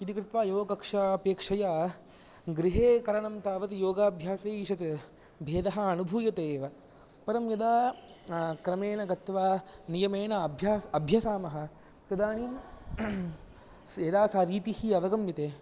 इति कृत्वा योगकक्षा अपेक्षया गृहे करणं तावत् योगाभ्यासैशत् भेदः अनुभूयते एव परं यदा क्रमेण गत्वा नियमेण अभ्यास अभ्यसामः तदानीं यदा सा रीतिः अवगम्यते